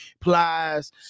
Plies